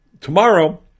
tomorrow